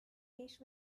dish